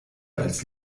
als